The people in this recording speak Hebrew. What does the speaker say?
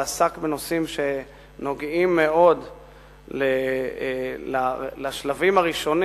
ועסק בנושאים שנוגעים מאוד לשלבים הראשונים